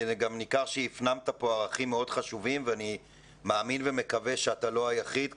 גם ניכר שהפנמת פה ערכים מאוד חשובים ואני מאמין ומקווה שאתה לא היחיד.